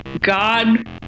God